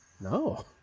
No